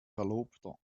verlobter